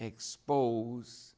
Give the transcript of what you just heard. expose